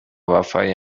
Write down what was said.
وفای